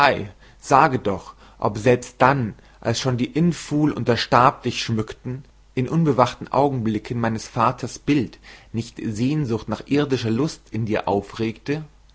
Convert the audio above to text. sage doch ob selbst dann als schon die inful und der stab dich schmückten in unbewachten augenblicken meines vaters bild nicht sehnsucht nach irdischer lust in dir aufregte